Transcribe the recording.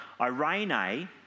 Irene